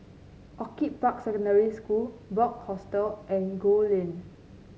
Orchid Park Secondary School Bunc Hostel and Gul Lane